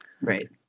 right